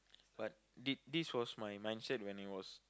but th~ this was my mindset when I was